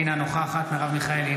אינה נוכחת מרב מיכאלי,